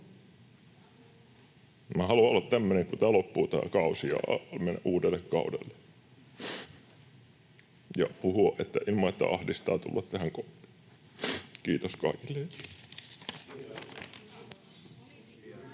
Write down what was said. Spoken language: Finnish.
haluan olla tämmöinen, kun tämä kausi loppuu, ja mennä uudelle kaudelle ja puhua ilman, että ahdistaa tulla tähän koppiin. — Kiitos kaikille.